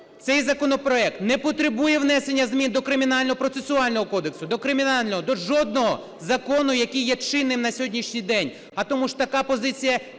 Цей законопроект не потребує внесення змін до Кримінального процесуального кодексу, до Кримінального, до жодного закону, який є чинним на сьогоднішній день, а тому така ж позиція